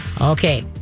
Okay